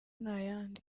ntayandi